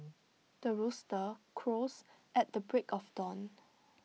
the rooster crows at the break of dawn